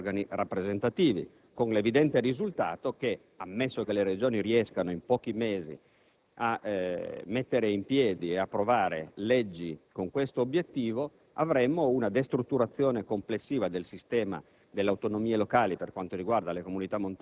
nonché il numero stesso dei componenti degli organi rappresentativi, con l'evidente risultato che, ammesso che le Regioni riescano in pochi mesi a mettere in piedi ed approvare leggi con questo obiettivo, avremo una destrutturazione complessiva del sistema